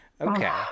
Okay